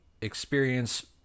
experience